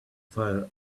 fire